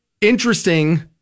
interesting